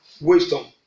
wisdom